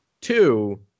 two